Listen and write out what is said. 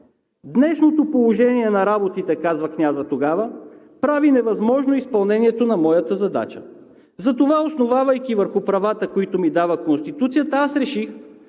„Днешното положение на работите прави невъзможно изпълнението на моята задача. Затова, основавайки се върху правата, които ми дава Конституцията, аз реших